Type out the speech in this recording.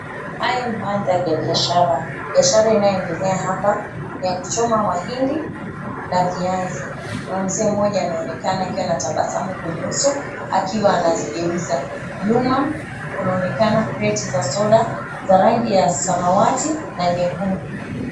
Haya ni maadhari ya biashara, biashara inayoendelea ni ya kuchoma mahindi na viazi. Kuna mzee mmoja anayeonekana akiwa na tabasamu kwenye uso akiwa anavigeuza. Nyuma kunaonekana crate za soda za rangi ya samawati na nyekundu.